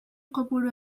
kopuru